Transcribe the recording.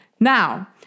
Now